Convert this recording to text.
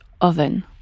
oven